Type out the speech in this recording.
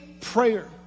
prayer